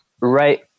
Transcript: right